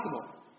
possible